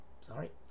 Sorry